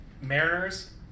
Mariners